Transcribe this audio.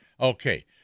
Okay